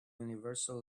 universal